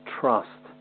trust